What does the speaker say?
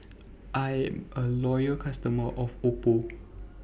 I'm A Loyal customer of Oppo